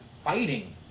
fighting